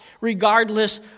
regardless